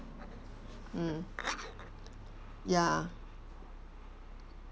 mm ya